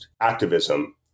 activism